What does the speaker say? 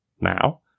now